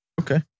Okay